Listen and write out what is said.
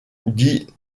dit